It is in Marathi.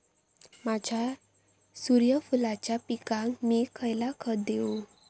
माझ्या सूर्यफुलाच्या पिकाक मी खयला खत देवू?